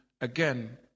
again